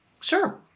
Sure